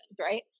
Right